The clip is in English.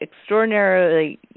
extraordinarily